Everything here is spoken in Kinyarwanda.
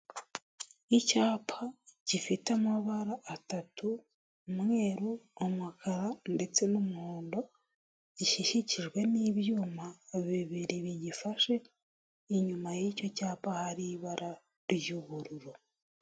Icyapa gifite amabara atatu umweru, umukara, ndetse n'umuhondo gishyikikijwe n'ibyuma bibiri bigifashe, inyuma y'icyo cyapa hari ibara ry'ubururu.